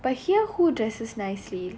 but here who dresses nicely